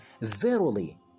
Verily